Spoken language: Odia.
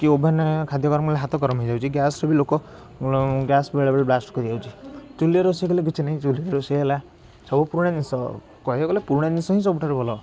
କି ଓଭେନ୍ରେ ଖାଦ୍ୟ ଗରମ ହେଲେ ହାତ ଗରମ ହେଇଯାଉଛି ଗ୍ୟାସ୍ରେ ବି ଲୋକ ଗ୍ୟାସ୍ ବି ବେଳେବେଳେ ବ୍ଲାଷ୍ଟ୍ କରିଯାଉଛି ଚୁଲିରେ ରୋଷେଇ କଲେ କିଛି ନାହିଁ ଚୁଲିରେ ରୋଷେଇ ହେଲା ସବୁ ପୁରୁଣା ଜିନିଷ କହିବାକୁ ଗଲେ ପୁରୁଣା ଜିନିଷ ହିଁ ସବୁଠାରୁ ଭଲ